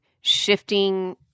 shifting